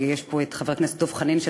ישנו פה חבר הכנסת דב חנין,